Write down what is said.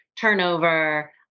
turnover